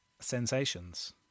Sensations